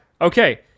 Okay